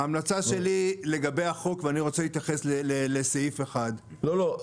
ההמלצה שלי לגבי החוק ואני רוצה להתייחס לסעיף 1. לא לא,